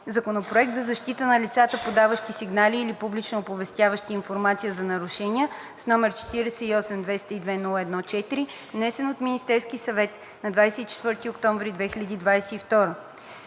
Законопроект за защита на лицата, подаващи сигнали или публично оповестяващи информация за нарушения, № 48-202-01-4, внесен от Министерския съвет на 24 октомври 2022